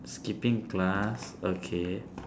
skipping class okay